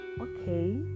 okay